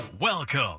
Welcome